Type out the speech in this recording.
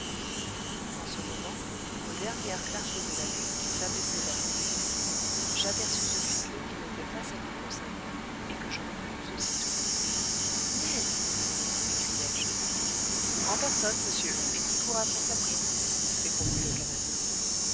en ce moment aux dernières clartés de la lune qui s'abaissait vers l'horizon j'aperçus une figure qui n'était pas celle de conseil et que je reconnus aussitôt ned m'écriai-je en personne monsieur et qui court après sa prime répondit le canadien